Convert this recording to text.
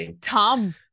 Tom